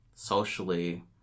Socially